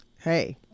Hey